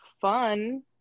fun